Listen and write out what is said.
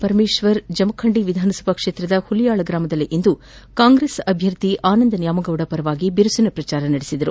ಪರಮೇಶ್ವರ್ ಜಮಖಂಡಿ ವಿಧಾನಸಭಾ ಕ್ಷೇತ್ರದ ಹುಲ್ಯಾಳ ಗ್ರಾಮದಲ್ಲಿಂದು ಕಾಂಗ್ರೆಸ್ ಪಕ್ಷದ ಅಭ್ಯರ್ಥಿ ಆನಂದ್ ನ್ಯಾಮಗೌಡ ಪರವಾಗಿ ಬಿರುಸಿನ ಪ್ರಚಾರ ನಡೆಸಿದರು